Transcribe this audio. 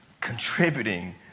contributing